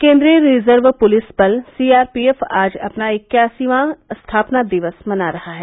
केन्द्रीय reserve police बल CRPF आज अपना इक्यासी स्थापना दिवस मना रहा है